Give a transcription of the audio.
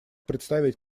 представить